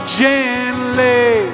gently